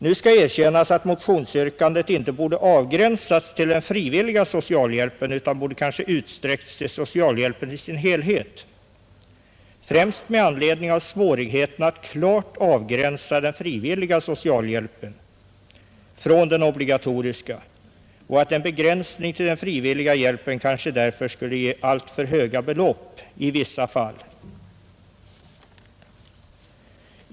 Nu skall erkännas att motionsyrkandet inte borde ha begränsats till den frivilliga socialhjälpen utan det borde kanske ha utsträckts till socialhjälpen i sin helhet, främst med anledning av svårigheterna att klart avgränsa den frivilliga socialhjälpen från den obligatoriska — en begränsning till den frivilliga hjälpen kanske ger alltför höga belopp i vissa fall.